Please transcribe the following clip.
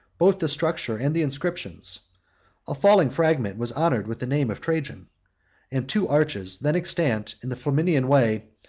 both the structure and the inscriptions a falling fragment was honored with the name of trajan and two arches, then extant, in the flaminian way,